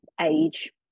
age